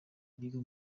biga